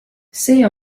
see